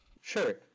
Sure